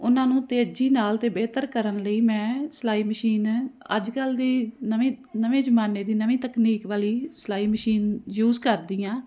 ਉਹਨਾਂ ਨੂੰ ਤੇਜ਼ੀ ਨਾਲ ਅਤੇ ਬੇਹਤਰ ਕਰਨ ਲਈ ਮੈਂ ਸਿਲਾਈ ਮਸ਼ੀਨ ਅੱਜ ਕੱਲ੍ਹ ਦੀ ਨਵੀਂ ਨਵੇਂ ਜ਼ਮਾਨੇ ਦੀ ਨਵੀਂ ਤਕਨੀਕ ਵਾਲੀ ਸਲਾਈ ਮਸ਼ੀਨ ਯੂਜ ਕਰਦੀ ਹਾਂ